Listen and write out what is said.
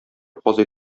казый